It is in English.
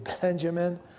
Benjamin